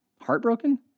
heartbroken